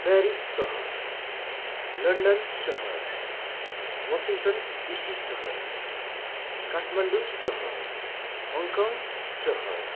Paris सहर London सहर Washington DC सहर काठमाडौँ सहर हङकङ सहर